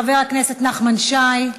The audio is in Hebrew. חבר הכנסת נחמן שי.